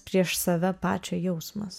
prieš save pačią jausmas